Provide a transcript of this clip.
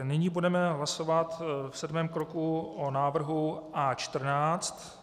Nyní budeme hlasovat v sedmém kroku o návrhu A14.